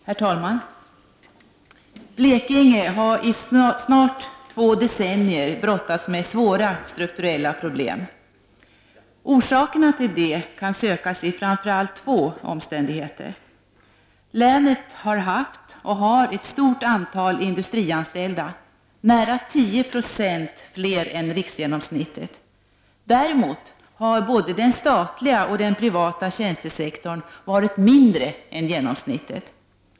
Herr talman! Blekinge län har i snart två decennier brottats med svåra strukturella problem. Orsakerna till detta kan sökas i framför allt två omständigheter. Länet har haft och har ett stort antal industrianställda, nära 10 90 fler än riksgenomsnittet, medan både den statliga och den privata tjänstesektorn har varit mindre än genomsnittet.